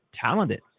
talented